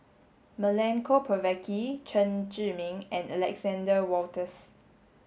Milenko Prvacki Chen Zhiming and Alexander Wolters